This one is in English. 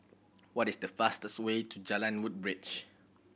what is the fastest way to Jalan Woodbridge